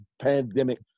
pandemic